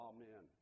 Amen